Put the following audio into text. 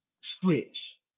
switch